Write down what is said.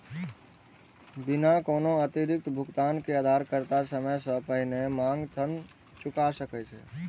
बिना कोनो अतिरिक्त भुगतान के उधारकर्ता समय सं पहिने मांग ऋण चुका सकै छै